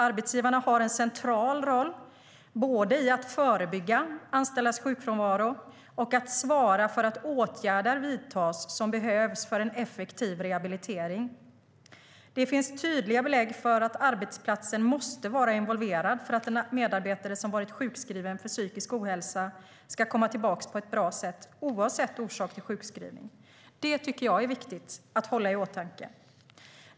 Arbetsgivarna har en central roll i att både förebygga anställdas sjukfrånvaro och svara för att åtgärder vidtas som behövs för en effektiv rehabilitering. Det finns tydliga belägg för att arbetsplatsen måste vara involverad för att en medarbetare som varit sjukskriven för psykisk ohälsa ska komma tillbaka på ett bra sätt, oavsett orsak till sjukskrivning. Det tycker jag är viktigt att hålla i åtanke.